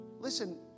Listen